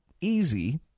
easy